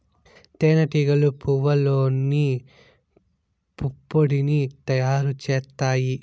తేనె టీగలు పువ్వల్లోని పుప్పొడిని తయారు చేత్తాయి